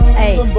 a